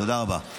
תודה רבה.